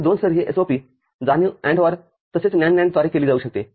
आणि २ स्तरीय SOP जाणीव AND OR तसेच NAND NAND द्वारे केली जाऊ शकते